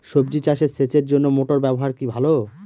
সবজি চাষে সেচের জন্য মোটর ব্যবহার কি ভালো?